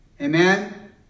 Amen